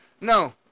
No